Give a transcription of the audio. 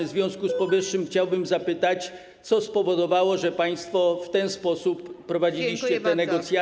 W związku z powyższym chciałbym zapytać, co spowodowało, że państwo w ten sposób prowadziliście te negocjacje.